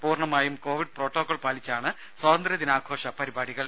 പൂർണമായും Covid protocol പാലിച്ചാണ് സ്വാതന്ത്ര്യദിനാഘോഷ പരിപാടികൾ